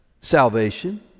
salvation